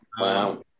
wow